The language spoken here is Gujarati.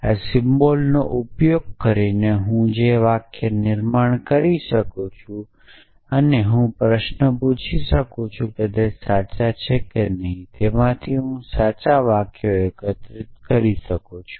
આ સિમ્બલ્સ નો ઉપયોગ કરીને હું વાક્ય નિર્માણ કરી શકું છું અને હું પ્રશ્ન પૂછી શકું છું કે તે સાચા છે કે નહીં તેમાંથી હું સાચા વાક્યો એકત્રિત કરી શકું છું